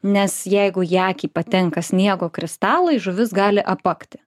nes jeigu į akį patenka sniego kristalai žuvis gali apakti